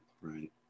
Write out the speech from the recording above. right